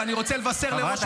ואני רוצה לבשר לראש הממשלה,